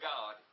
God